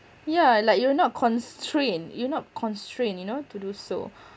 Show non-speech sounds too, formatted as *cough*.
yeah like you are not constrained you're not constrained you know to do so *breath*